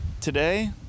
today